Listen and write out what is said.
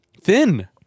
thin